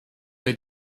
bei